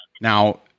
Now